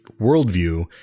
worldview